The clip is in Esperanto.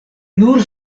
nur